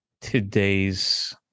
today's